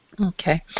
Okay